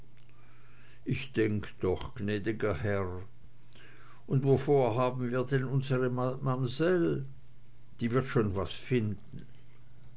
ich denk doch gnäd'ger herr und wovor haben wir denn unsre mamsell die wird schon was finden